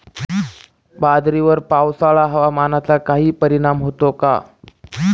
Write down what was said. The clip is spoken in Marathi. बाजरीवर पावसाळा हवामानाचा काही परिणाम होतो का?